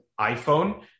iPhone